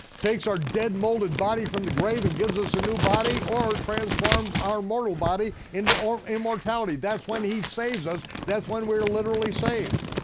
takes our dead molded body from the grave and gives us a new body or transforms our mortal body into immortality. that's when he saves us, that's when we're literally saved.